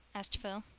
asked phil.